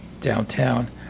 downtown